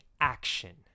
action